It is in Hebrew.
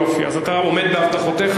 יופי, אז אתה עומד בהבטחותיך.